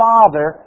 Father